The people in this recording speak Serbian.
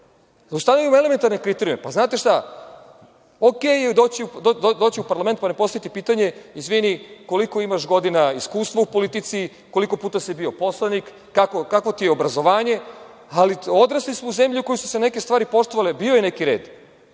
da ustanovimo elementarne kriterijume. Okej je doći u parlament, pa ne postaviti pitanje – izvini, koliko imaš godina, iskustva u politici, koliko puta si bio poslanik, kako ti je obrazovanje, ali odrasli smo u zemlji u kojoj su se neke stvari poštovale. Bio je neki red,